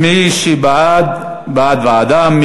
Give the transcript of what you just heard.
מי שבעד, בעד, מי שבעד, בעד ועדה.